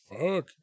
fuck